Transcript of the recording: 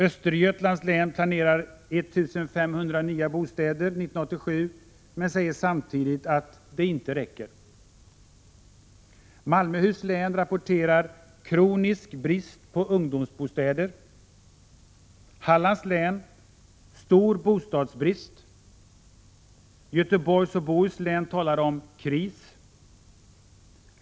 ”Östergötlands län planerar 1 500 nya bostäder 1987 men säger samtidigt att det inte räcker.” Malmöhus lön rapporterar: ”Kronisk brist på ungdomsbostäder.” Hallands län: ”Stor bostadsbrist.” I Göteborgs och Bohus län talar man om kris.